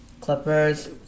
Clippers